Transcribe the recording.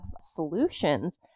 solutions